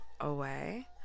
away